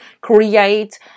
create